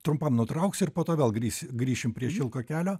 trumpam nutrauksiu ir po to vėl grįšim grįšim prie šilko kelio